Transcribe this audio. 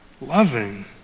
loving